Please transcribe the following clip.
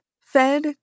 fed